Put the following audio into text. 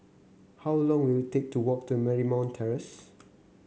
how long will it take to walk to Marymount Terrace